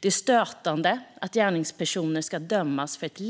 Det är stötande att gärningspersoner ska dömas för ett